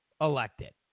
elected